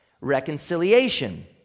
Reconciliation